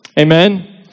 Amen